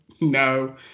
No